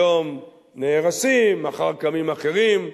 היום נהרסים, מחר קמים אחרים,